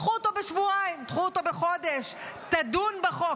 דחו אותו בשבועיים, דחו אותו בחודש, תדונו בחוק.